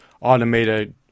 automated